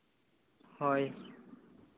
ᱦᱳᱭ